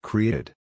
Created